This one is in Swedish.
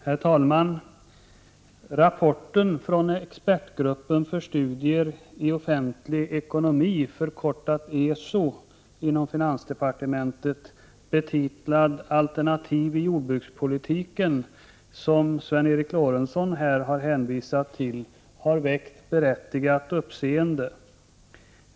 Herr talman! Rapporten från expertgruppen för studier i offentlig ekonomi, ESO, inom finansdepartementet betitlad ”Alternativ i jordbrukspolitiken”, som Sven Eric Lorentzon här har hänvisat till, har väckt berättigat uppseende.